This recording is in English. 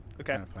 Okay